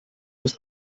hast